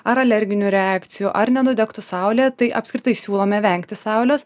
ar alerginių reakcijų ar nenudegtų saulėje tai apskritai siūlome vengti saulės